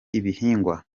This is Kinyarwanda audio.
ibihingwa